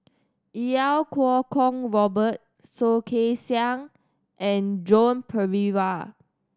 Iau Kuo Kwong Robert Soh Kay Siang and Joan Pereira